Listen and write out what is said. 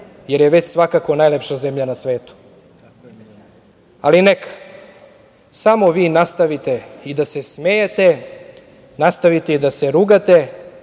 jer je već svakako najlepša zemlja na svetu. Ali, neka. Samo vi nastavite i da se smejete, nastavite i da se rugate,